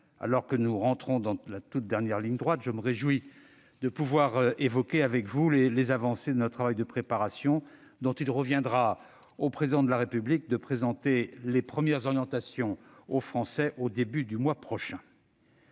Alors que nous entrons dans la toute dernière ligne droite, je me réjouis de pouvoir évoquer avec vous les avancées de notre travail de préparation, dont il reviendra au Président de la République de présenter aux Français les premières orientations, au début du mois prochain.